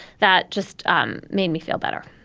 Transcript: that just um made me feel better